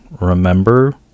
remember